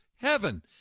heaven